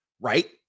right